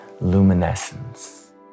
luminescence